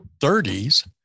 30s